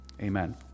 Amen